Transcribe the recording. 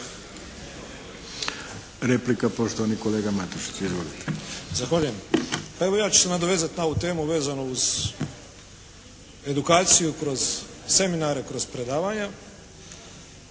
Replika, poštovani kolega Matušić. Izvolite. **Matušić, Frano (HDZ)** Zahvaljujem. Evo ja ću se nadovezati na ovu temu vezano uz edukaciju, kroz seminare, kroz predavanja